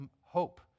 hope